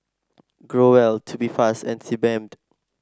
Growell Tubifast and Sebamed